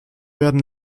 werden